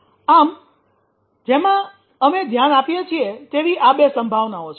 આમ જેમાં અમે ધ્યાન આપીએ છીએ તેવી આ બે સંભાવનાઓ છે